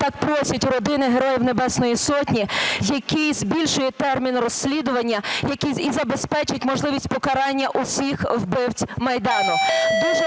так просять родини Героїв Небесної Сотні, який збільшує термін розслідування і забезпечить можливість покарання усіх вбивць Майдану.